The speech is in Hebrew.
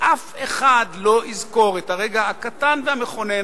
ואף אחד לא יזכור את הרגע הקטן והמכונן